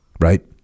right